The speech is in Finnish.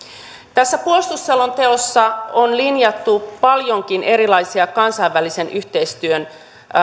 tässä puolustusselonteossa on linjattu paljonkin erilaisia kansainvälisen yhteistyön